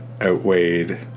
outweighed